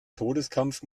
todeskampf